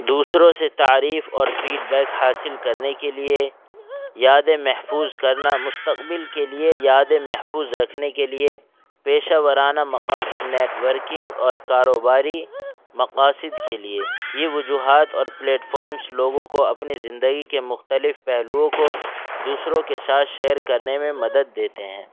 دوسروں سے تعریف اور فیڈبیک حاصل کرنے کے لیے یادیں محفوظ کرنا مستقبل کے لیے یادیں محفوظ رکھنے کے لیے پیشہ وارانہ مقاصد نیٹورکنگ اور کاروباری مقاصد کے لیے یہ وجوہات اور پلیٹفارمس لوگوں کو اپنی زندگی کے مختلف پہلوؤں کو دوسروں کے ساتھ شیئر کرنے میں مدد دیتے ہیں